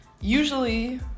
usually